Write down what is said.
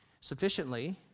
sufficiently